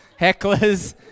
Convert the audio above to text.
hecklers